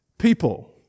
People